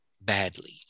badly